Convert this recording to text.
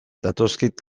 datozkit